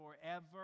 forever